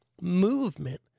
movement